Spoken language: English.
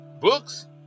books